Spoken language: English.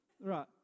Right